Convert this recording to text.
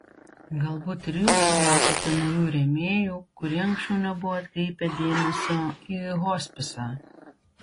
galbūt ir jūs sulaukėte naujų rėmėjų kurie anksčiau nebuvo atkreipę dėmesio į hospisą